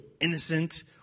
innocent